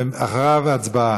אחריו, הצבעה.